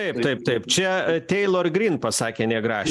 taip taip taip čia teilor gryn pasakė nė grašio